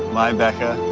my becca,